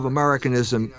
Americanism